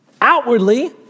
Outwardly